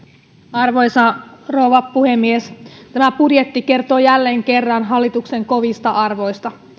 arvoisa rouva puhemies tämä budjetti kertoo jälleen kerran hallituksen kovista arvoista